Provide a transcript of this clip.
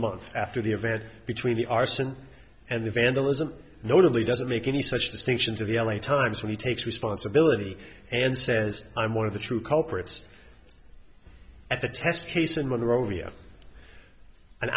month after the event between the arson and the vandalism notably doesn't make any such distinctions of the l a times when he takes responsibility and says i'm one of the true culprits at the test case in monrovia an